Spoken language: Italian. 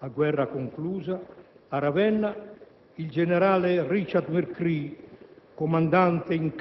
a guerra conclusa, a Ravenna, il generale Richard McCreery,